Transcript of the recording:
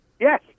Yes